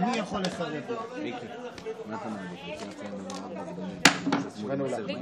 אני לא רוצה שזה אפילו ייראה כמו איזשהו ניסיון לעשות